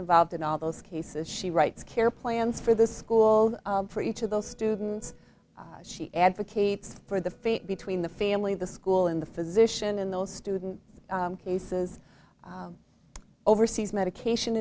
involved in all those cases she writes care plans for the school for each of those students she advocates for the fit between the family the school in the physician in those student cases overseas medication